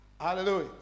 Hallelujah